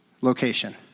location